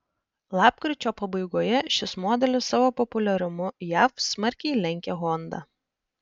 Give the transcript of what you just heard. lapkričio pabaigoje šis modelis savo populiarumu jav smarkiai lenkė honda